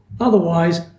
otherwise